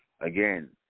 again